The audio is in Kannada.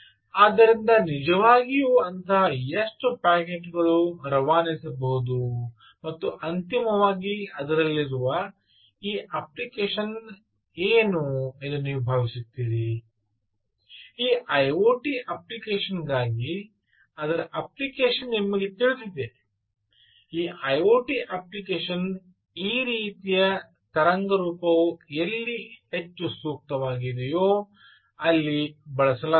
ಆದ್ದರಿಂದ ನಿಜವಾಗಿಯೂ ಅಂತಹ ಎಷ್ಟು ಪ್ಯಾಕೆಟ್ಗಳನ್ನು ರವಾನಿಸಬಹುದು ಮತ್ತು ಅಂತಿಮವಾಗಿ ಅದರಲ್ಲಿರುವ ಈ ಅಪ್ಲಿಕೇಶನ್ ಏನು ಎಂದು ನೀವು ಭಾವಿಸುತ್ತೀರಿ ಈ ಐಒಟಿ ಅಪ್ಲಿಕೇಶನ್ ಗಾಗಿ ಅದರ ಅಪ್ಲಿಕೇಶನ್ ನಿಮಗೆ ತಿಳಿದಿದೆ ಈ ಐಒಟಿ ಅಪ್ಲಿಕೇಶನ್ ಈ ರೀತಿಯ ತರಂಗರೂಪವು ಎಲ್ಲಿ ಹೆಚ್ಚು ಸೂಕ್ತವಾಗಿದೆಯೋ ಅಲ್ಲಿ ಬಳಸಲಾಗುತ್ತದೆ